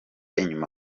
inyuma